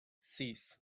sis